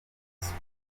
siporo